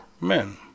men